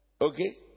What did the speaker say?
Okay